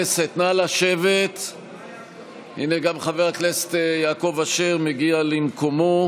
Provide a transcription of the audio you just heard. למרות שהמדינה עושה כל הזמן היערכות ממפגע ביטחוני או איום ביטחוני,